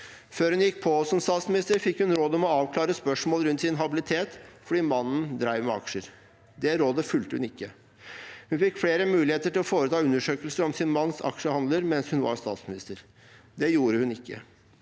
Før hun gikk på som statsminister, fikk hun råd om å avklare spørsmål rundt sin habilitet fordi mannen drev med aksjer. Det rådet fulgte hun ikke. Hun fikk flere muligheter til å foreta undersøkelser om sin manns aksjehandler mens hun var statsminister. Det gjorde hun ikke.